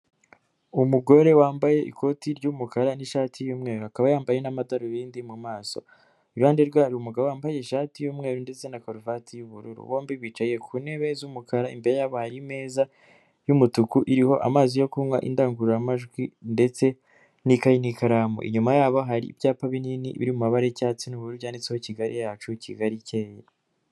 Umugore wambaye ikoti ry'umukara n'ishati y'umweru, akaba yambaye n'amadarubindi mu maso, iruhande rwe hari umugabo wambaye ishati y'umweru ndetse na karuvati y'ubururu, bombi bicaye ku ntebe z'umukara imbere yabo hari imeza y'umutuku iriho amazi yo kunywa, indangururamajwi ndetse n'ikayi n'ikaramu, inyuma yabo hari ibyapa binini biri mu mabara y'icyatsi n'ubururu byanditseho Kigali yacu, Kigali icyeye.